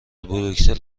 بروسل